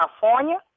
California